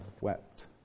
wept